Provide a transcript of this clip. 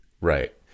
Right